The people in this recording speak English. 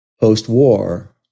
post-war